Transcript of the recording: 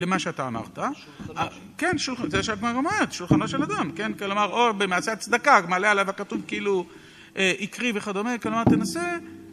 למה שאתה אמרת, כן שולחנות של אדם, כן כלומר או במעשה צדקה מעלה עליו הכתוב כאילו עקרי וכדומה כלומר תנסה